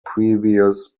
previous